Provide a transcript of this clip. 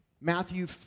Matthew